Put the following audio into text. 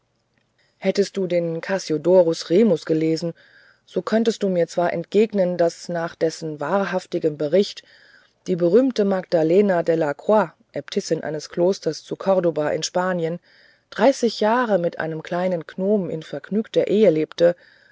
hättest du den cassiodorus remus gelesen so könntest du mir zwar entgegnen daß nach dessen wahrhaftigem bericht die berühmte magdalena de la croix äbtissin eines klosters zu cordua in spanien dreißig jahre mit einem kleinen gnomen in vergnügter ehe lebte